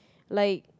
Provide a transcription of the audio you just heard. like